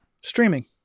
Streaming